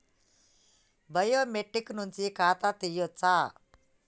Biometric నుంచి ఖాతా తీయచ్చా?